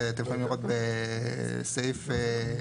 שאתם יכולים לראות בסעיף 5(2)(א),